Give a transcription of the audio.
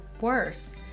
worse